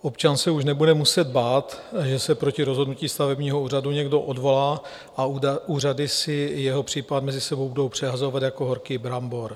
Občan se už nebude muset bát, že se proti rozhodnutí stavebního úřadu někdo odvolá a úřady si jeho případ mezi sebou budou přehazovat jako horký brambor.